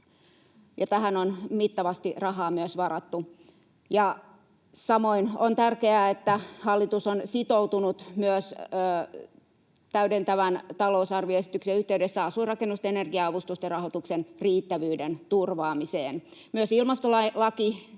tähän on mittavasti rahaa myös varattu. Samoin on tärkeää, että hallitus on sitoutunut myös täydentävän talousarvioesityksen yhteydessä asuinrakennusten energia-avustusten rahoituksen riittävyyden turvaamiseen. Myös ilmastolaki